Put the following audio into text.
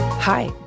Hi